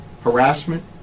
harassment